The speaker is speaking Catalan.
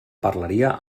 parlaria